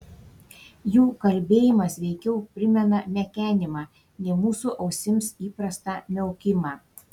jų kalbėjimas veikiau primena mekenimą nei mūsų ausims įprastą miaukimą